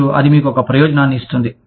మరియు అది మీకు ఒక ప్రయోజనాన్ని ఇస్తుంది